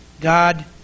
God